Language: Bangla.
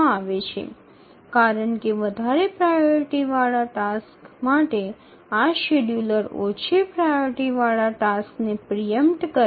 একটি উচ্চ অগ্রাধিকারের কাজের জন্য এই শিডিয়ুলগুলি আগের থেকে কম অগ্রাধিকারের কাজকে সম্পাদন করে